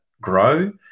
grow